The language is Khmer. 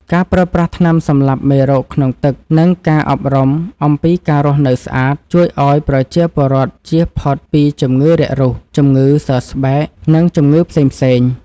ការប្រើប្រាស់ថ្នាំសម្លាប់មេរោគក្នុងទឹក និងការអប់រំអំពីការរស់នៅស្អាត ជួយឱ្យប្រជាពលរដ្ឋជៀសផុតពីជំងឺរាករូស ជំងឺសើស្បែក និងជំងឺផ្សេងៗ។